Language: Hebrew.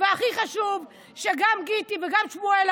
והכי חשוב שגם גיטי וגם שמואל,